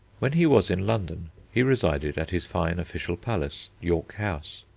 when he was in london he resided at his fine official palace, york house.